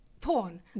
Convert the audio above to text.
Porn